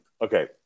Okay